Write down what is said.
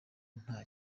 nta